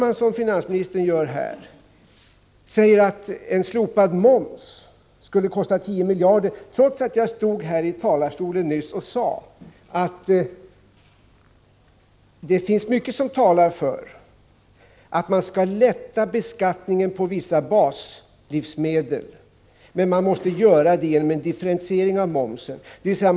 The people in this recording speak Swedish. Men finansministern säger här att slopandet av moms skulle kosta 10 miljarder kronor, trots att jag sade att det finns mycket som talar för att man skall lätta beskattningen på vissa baslivsmedel och göra det genom en differentiering av momsen.